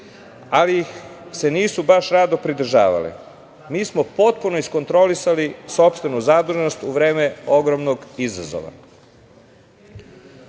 ali ih se nisu baš rado pridržavale. Mi smo potpuno iskontrolisali sopstvenu zaduženost u vreme ogromnog izazova.